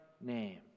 name